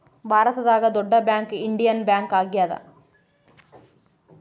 ಭಾರತದಾಗ ದೊಡ್ಡ bank Indian bank ಆಗ್ಯಾದ